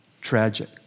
Tragic